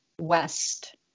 west